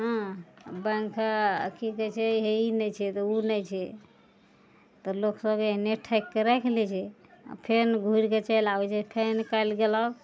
हँ बैंक की कहय छै हे ई नहि छै तऽ उ नहि छै तऽ लोकसब एहने ठकिके राखि लै छै फेन घुरिके चलि आबय छै फेन काल्हि गेलक